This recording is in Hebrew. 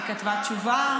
היא כתבה תשובה,